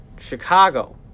Chicago